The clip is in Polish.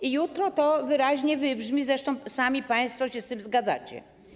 I jutro to wyraźnie wybrzmi, zresztą sami państwo się z tym zgadzacie.